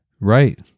right